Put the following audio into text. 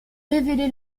révélé